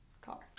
car